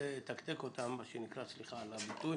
נתקתק אותם מה שנקרא, סליחה על הביטוי.